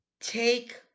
Take